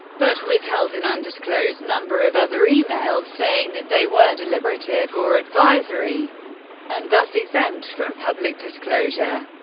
but withheld an undisclosed number of other emails, saying that they were deliberative or advisory and thus exempt from public disclosure.